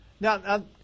Now